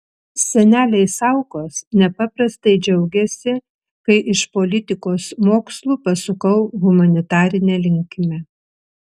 seneliai saukos nepaprastai džiaugėsi kai iš politikos mokslų pasukau humanitarine linkme